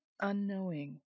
unknowing